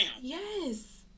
Yes